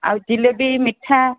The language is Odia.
ଆଉ ଜିଲେବି ମିଠା